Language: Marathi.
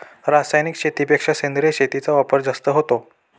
रासायनिक शेतीपेक्षा सेंद्रिय शेतीचा वापर हा जास्त होतो